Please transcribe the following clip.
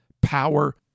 Power